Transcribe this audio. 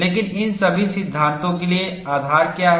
लेकिन इन सभी सिद्धांतों के लिए आधार क्या है